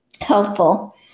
helpful